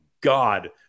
god